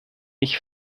ich